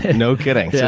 and no kidding? yeah